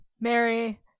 Mary